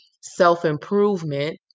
self-improvement